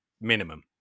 minimum